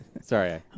Sorry